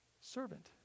Servant